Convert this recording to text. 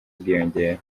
bwiyongera